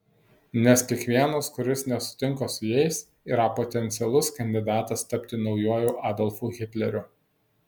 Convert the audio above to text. nes kiekvienas kuris nesutinka su jais yra potencialus kandidatas tapti naujuoju adolfu hitleriu